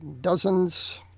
dozens